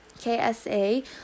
KSA